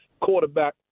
quarterback